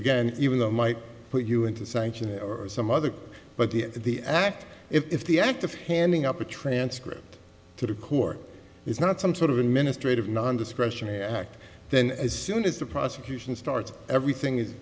again even though it might put you into sanctioning or some other but the act if the act of handing up a transcript to the court is not some sort of administrative non discretionary act then as soon as the prosecution starts everything